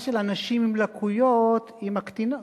אלו, הגדרה של אנשים עם לקויות, היא מקטינה.